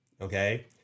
Okay